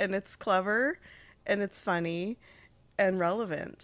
and it's clever and it's funny and relevan